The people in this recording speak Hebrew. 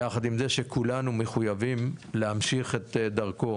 יחד עם זה שכולנו מחויבים להמשיך את דרכו